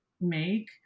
make